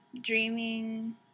dreaming